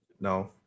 No